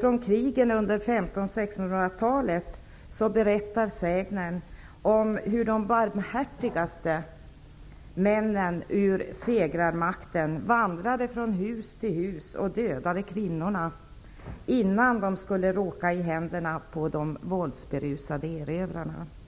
Från krigen under 1500 och 1600-talet berättar sägnen om hur de barmhärtigaste männen ur segrarmakten vandrade från hus till hus och dödade kvinnorna innan de skulle råka i händerna på de våldsberusade erövrarna.